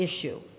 issue